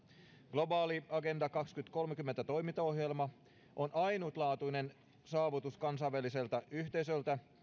globaali agenda kaksituhattakolmekymmentä toimintaohjelma on ainutlaatuinen saavutus kansainväliseltä yhteisöltä